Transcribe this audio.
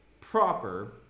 proper